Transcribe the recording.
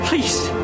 Please